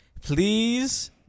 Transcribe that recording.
please